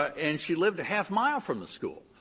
ah and she lived a half-mile from the school.